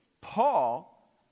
Paul